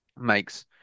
makes